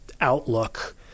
outlook